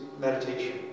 meditation